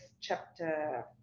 chapter